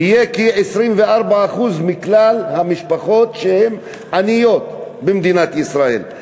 וכ-24% מכלל המשפחות במדינת ישראל יהיו עניות.